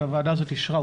שהוועדה הזאת אישרה,